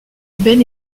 ben